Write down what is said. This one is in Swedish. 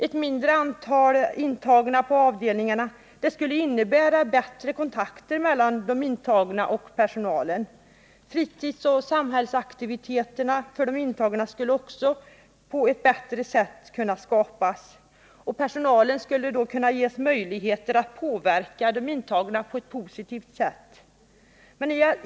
Ett mindre antal intagna på avdelningarna skulle innebära bättre kontakt mellan de intagna och personalen. Man skulle på ett bättre sätt kunna skapa fritidsoch samhällsaktiviteter för de intagna, och personalen skulle då ges möjlighet att påverka de intagna på ett positivt sätt.